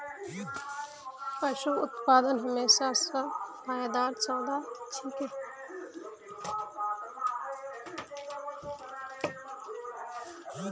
पशू उत्पादन हमेशा स फायदार सौदा छिके